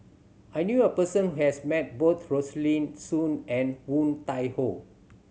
I knew a person who has met both Rosaline Soon and Woon Tai Ho